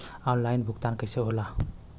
Online भुगतान कैसे होए ला?